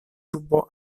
urbo